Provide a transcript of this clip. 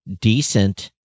decent